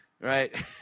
Right